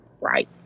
right